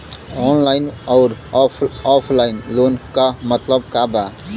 Online अउर offline loan क मतलब का बा?